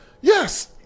yes